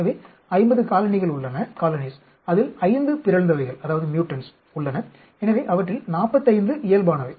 எனவே 50 காலனிகள் உள்ளன அதில் 5 பிறழ்ந்தவைகள் உள்ளன எனவே அவற்றில் 45 இயல்பானவை